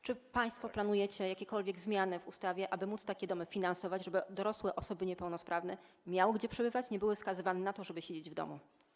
Czy państwo planujecie jakiekolwiek zmiany w ustawie, aby takie domy finansować, żeby dorosłe osoby niepełnosprawne miały gdzie przebywać i nie były skazywane na to, żeby siedzieć w domu?